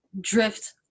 drift